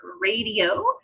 Radio